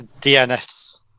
DNFs